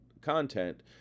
content